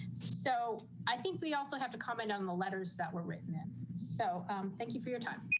so i think we also have to comment on the letters that were written. and so um thank you for your time.